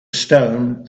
stone